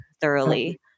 thoroughly